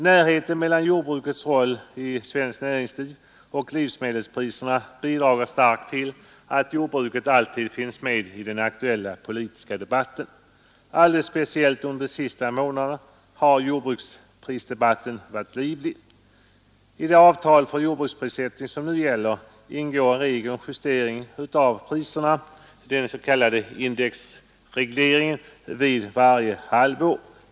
Sambandet mellan jordbrukets roll i svenskt näringsliv och livsmedelspriserna bidrager starkt till att jordbruket alltid finns med i den aktuella politiska debatten. Alldeles speciellt under de senaste månaderna har jordbruksprisdebatten varit livlig. I det avtal för jordbruksprissättningen som nu gäller ingår en regel om justering av priserna — den s.k. indexregleringen — varje halvår.